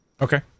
Okay